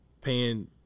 paying